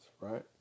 right